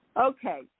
okay